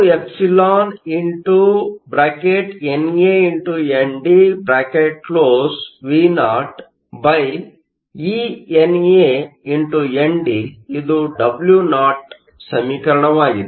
√2εVoeNAND ಇದು Wo ಸಮೀಕರಣವಾಗಿದೆ